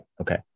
Okay